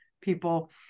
people